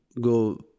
go